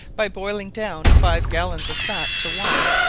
by boiling down five gallons of sap to one,